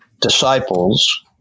disciples